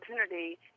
opportunity